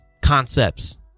concepts